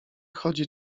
chodzi